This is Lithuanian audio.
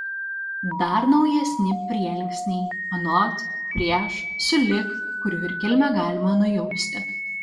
dar naujesni prielinksniai anot prieš sulig kurių ir kilmę galima nujausti